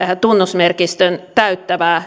tunnusmerkistön täyttävää